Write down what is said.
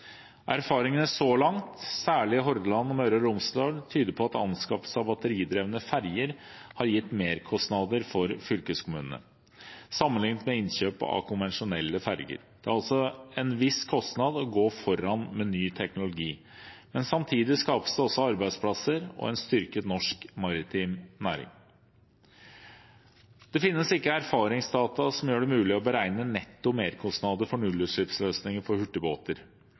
Erfaringene så langt, særlig i Hordaland og Møre og Romsdal, tyder på at anskaffelse av batteridrevne ferger har gitt merkostnader for fylkeskommunene, sammenlignet med innkjøp av konvensjonelle ferger. Det har altså en viss kostnad å gå foran med ny teknologi, men samtidig skapes det også arbeidsplasser og en styrket norsk maritim næring. Det finnes ikke erfaringsdata som gjør det mulig å beregne netto merkostnader for nullutslippsløsninger for hurtigbåter.